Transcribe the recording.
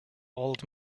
old